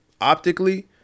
optically